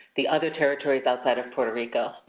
the other territories outside of puerto rico.